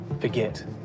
forget